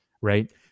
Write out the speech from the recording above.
right